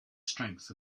strength